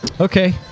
Okay